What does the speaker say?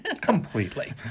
completely